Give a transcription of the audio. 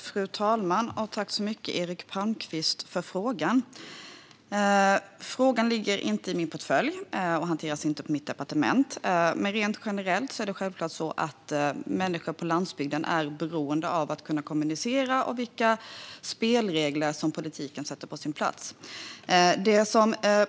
Fru talman! Tack så mycket, Eric Palmqvist, för frågan! Frågan ligger inte i min portfölj och hanteras inte på mitt departement. Men rent generellt är det självklart så att människor på landsbygden är beroende av kommunikationer, och det handlar om vilka spelregler som politiken sätter på plats.